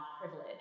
privilege